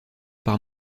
par